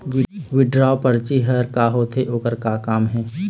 Withdraw परची हर का होते, ओकर का काम हे?